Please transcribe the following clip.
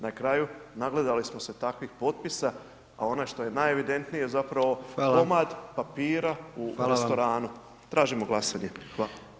Na kraju, nagledali smo se takvih potpisa, a ono što je najevidentnije zapravo [[Upadica: Hvala.]] komad papira u restoranu [[Upadica: Hvala vam.]] Tražimo glasanje.